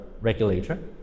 regulator